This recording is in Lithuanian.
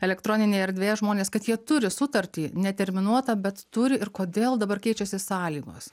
elektroninėj erdvėje žmonės kad jie turi sutartį neterminuotą bet turi ir kodėl dabar keičiasi sąlygos